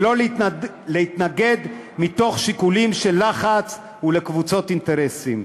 ולא להתנגד מתוך שיקולים של לחץ וקבוצות אינטרסים.